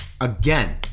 again